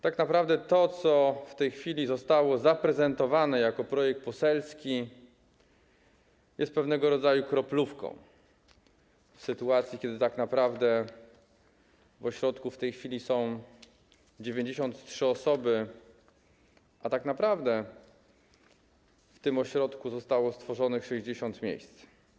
Tak naprawdę to, co w tej chwili zostało zaprezentowane jako projekt poselski, jest pewnego rodzaju kroplówką, w sytuacji kiedy w ośrodku w tej chwili są 93 osoby, a tak naprawdę w tym ośrodku zostało stworzonych 60 miejsc.